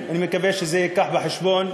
אני מקווה שזה יילקח בחשבון,